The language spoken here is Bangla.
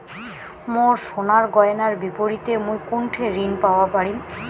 মোর সোনার গয়নার বিপরীতে মুই কোনঠে ঋণ পাওয়া পারি?